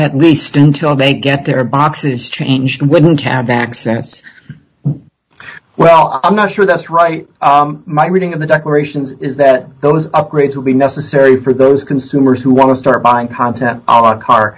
at least until they get their boxes changed when can't access well i'm not sure that's right my reading of the declarations is that those upgrades will be necessary for those consumers who want to start buying content our car